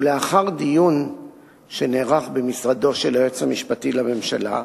ולאחר דיון שנערך במשרדו של היועץ המשפטי לממשלה,